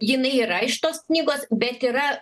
jinai yra iš tos knygos bet yra